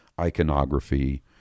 iconography